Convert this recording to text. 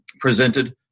presented